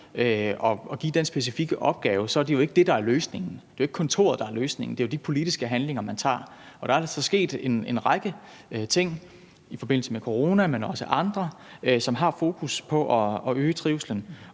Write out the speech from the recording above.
giver dem den specifikke opgave, så er det jo ikke det, der er løsningen. Det er jo ikke kontoret, der er løsningen; det er jo de politiske handlinger, man foretager. Og der er der så sket en række ting – i forbindelse med corona, men også andet – som har fokus på at øge trivslen,